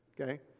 Okay